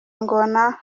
ngona